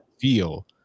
feel